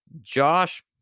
Josh